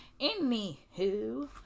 Anywho